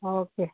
okay